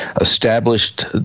established